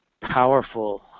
powerful